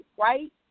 right